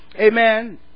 Amen